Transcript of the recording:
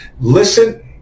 Listen